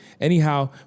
Anyhow